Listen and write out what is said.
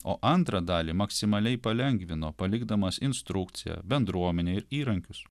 o antrą dalį maksimaliai palengvino palikdamas instrukciją bendruomenę ir įrankius